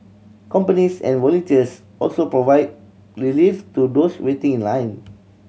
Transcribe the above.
companies and volunteers also provide relief to those waiting in line